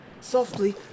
Softly